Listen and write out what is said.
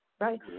right